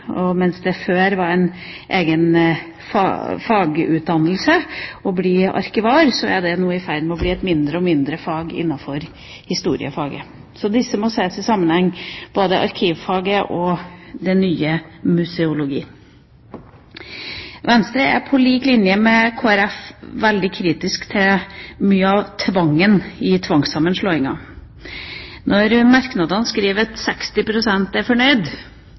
Universitetet. Mens det før var en egen fagutdannelse å bli arkivar, er det nå i ferd med å bli et mindre og mindre fag innenfor historiefaget. Så disse må ses i sammenheng – både arkivfaget og det nye museologifaget. Venstre er, på lik linje med Kristelig Folkeparti, veldig kritisk til mye av tvangen i sammenslåingen. Når man i merknadene skriver at 60 pst. er fornøyd,